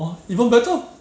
!huh! even better